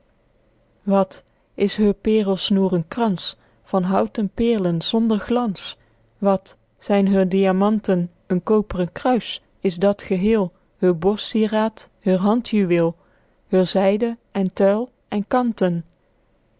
wat is heur perelsnoer een krans van houten peerlen zonder glans wat zyn heur diamanten een koopren kruis is dat geheel heur borstsieraed heur handjuweel heur zyde en tuil en kanten